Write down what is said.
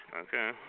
Okay